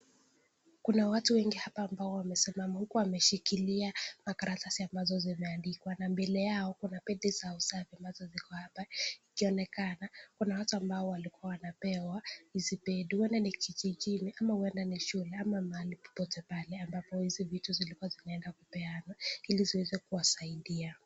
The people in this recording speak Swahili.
Kuna watu wengi hapa ambao wamesimama huku wameshikilia makaratasi ambazo zimeandikwa na mbele yao kuna vitu za usafi ambazo ziko hapa zikionekana. Kuna watu ambao walikuwa wanapewa hizi vitu huenda ni kijijini ama huenda ni shule ama mahali popote pale ambapo hizi vitu zilikuwa zimeenda kupeanwa ili ziweze kuwasaidia.